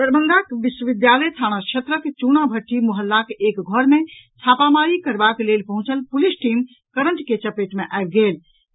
दरभंगाक विश्वविद्यालय थाना क्षेत्रक चूनाभट्टी मोहल्लाक एक घर मे छापामारी करबाक लेल पहुंचल पुलिस टीम करंट के चपेट मे आबि गेला